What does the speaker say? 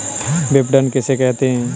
विपणन किसे कहते हैं?